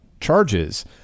charges